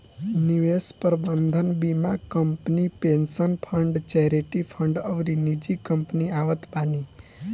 निवेश प्रबंधन बीमा company, pension fund, charity fund अउरी निजी कंपनी आवत बानी